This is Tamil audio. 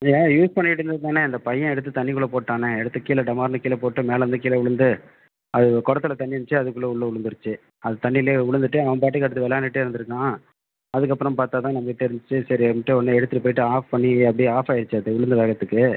இல்லண்ணா யூஸ் பண்ணிக்கிட்டு இருந்தது தாண்ணா இந்த பையன் எடுத்து தண்ணிக்குள்ளே போட்டாண்ணா எடுத்து கீழே டமார்னு கீழே போட்டு மேலேருந்து கீழே விழுந்து அது குடத்துல தண்ணி இருந்துச்சு அதுக்குள்ளே உள்ளே விழுந்துருச்சு அது தண்ணிலேயே விழுந்துட்டு அவன் பாட்டுக்கு எடுத்து விளையாண்டுட்டே இருந்திருக்கான் அதுக்கப்புறம் பார்த்தா தான் நமக்கு தெரிஞ்சுச்சி சரின்ட்டு உடனே எடுத்துட்டு போய்விட்டு ஆஃப் பண்ணி அப்படியே ஆஃப் ஆகிருச்சு அப்டியே விழுந்த வேகத்துக்கு